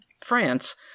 France